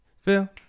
Phil